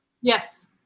Yes